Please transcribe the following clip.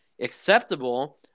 acceptable